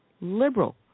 liberal